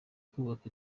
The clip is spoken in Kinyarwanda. kubaka